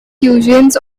cuisines